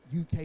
UK